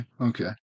Okay